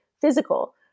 physical